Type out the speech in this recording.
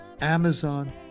Amazon